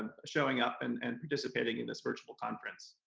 showing up and and participating in this virtual conference.